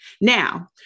Now